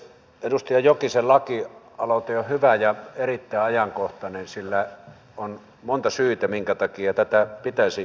edustaja jokisen lakialoite on hyvä ja erittäin ajankohtainen sillä on monta syytä minkä takia tätä pitäisi viedä eteenpäin